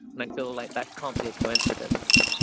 and i feel like that can't be a coincidence.